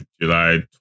July